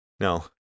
No